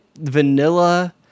vanilla